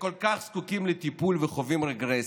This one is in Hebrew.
שכל כך זקוקים לטיפול וחווים רגרסיה,